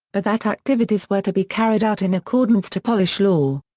but that activities were to be carried out in accordance to polish law.